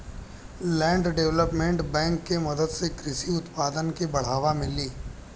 land development bank के मदद से कृषि उत्पादन के बढ़ावा मिली